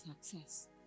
success